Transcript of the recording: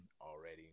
already